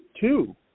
Two